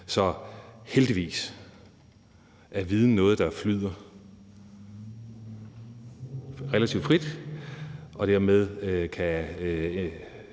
Heldigvis er viden noget, der flyder relativt frit, og dermed kan